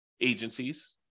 agencies